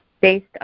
based